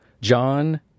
John